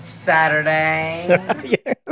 Saturday